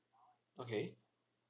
okay